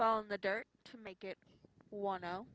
ball in the dirt to make it one